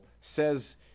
says